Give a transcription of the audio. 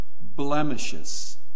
blemishes